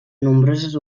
nombroses